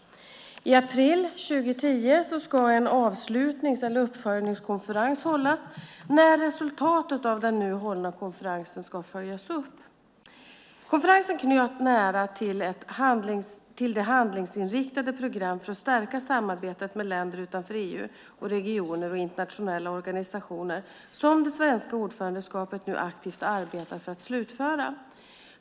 I april 2010 ska en uppföljningskonferens hållas då resultatet av den nu hållna konferensen ska följas upp. Konferensen knöt nära an till det handlingsinriktade program för att stärka samarbetet med länder utanför EU och regioner och internationella organisationer som det svenska ordförandeskapet nu arbetar aktivt för att slutföra.